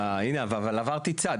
אה הנה, עברתי צד.